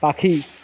পাখি